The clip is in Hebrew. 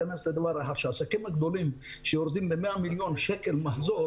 העסקים הגדולים שיורדים ב-100 מיליון שקל מחזור